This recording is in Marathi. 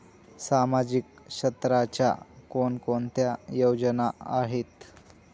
सामाजिक क्षेत्राच्या कोणकोणत्या योजना आहेत?